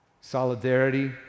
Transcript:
solidarity